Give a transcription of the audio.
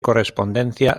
correspondencia